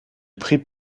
prit